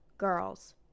girls